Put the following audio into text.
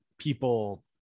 people